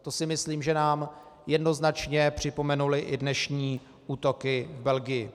To si myslím, že nám jednoznačně připomenuly i dnešní útoky v Belgii.